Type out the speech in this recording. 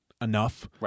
enough